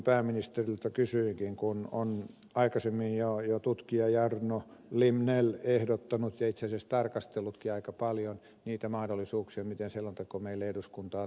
pääministeriltä kysyinkin kun on aikaisemmin jo tutkija jarno limnell ehdottanut ja itse asiassa tarkastellutkin aika paljon niitä mahdollisuuksia miten selonteko meille eduskuntaan tuotaisiin